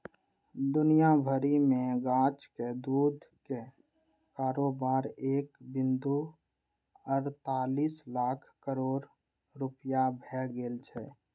दुनिया भरि मे गाछक दूध के कारोबार एक बिंदु अड़तालीस लाख करोड़ रुपैया भए गेल छै